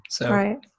Right